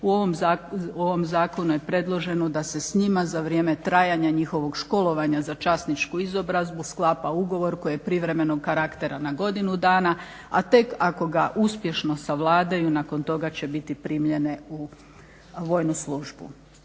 u ovom zakonu je predloženo da se s njima za vrijeme trajanja njihovog školovanja za časničku izobrazbu sklapa ugovor koji je privremenog karaktera na godinu dana, a tek ako ga uspješno savladaju nakon toga će biti primljene u vojnu službu.